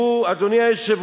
שהוא, אדוני היושב-ראש